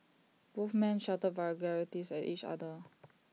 both men shouted vulgarities at each other